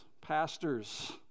pastors